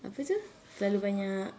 apa tu terlalu banyak